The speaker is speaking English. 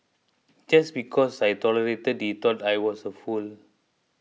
just because I tolerated he thought I was a fool